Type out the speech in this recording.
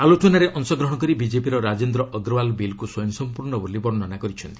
ଆଲୋଚନାରେ ଅଂଶଗ୍ରହଣ କରି ବିଜେପିର ରାଜେନ୍ଦ୍ର ଅଗ୍ରୱାଲ୍ ବିଲ୍କୁ ସ୍ୱୟଂସମ୍ପର୍ଣ୍ଣ ବୋଲି ବର୍ଷନା କରିଛନ୍ତି